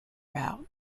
route